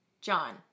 John